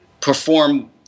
perform